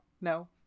No